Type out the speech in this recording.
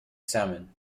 salmon